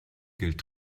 gilt